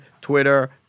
Twitter